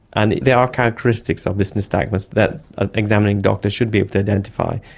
and there are characteristics of this nystagmus that ah examining doctors should be able to identify,